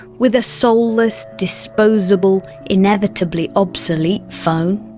with a soulless, disposable, inevitably obsolete phone?